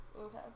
Okay